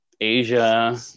Asia